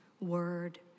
word